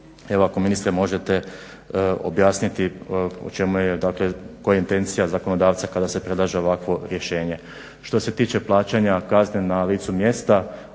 evo ako ministre može objasniti o čemu je dakle, koja je intencija zakonodavca kada se predlaže ovakvo rješenje. Što se tiče plaćanja kazne na licu mjesta